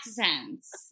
accents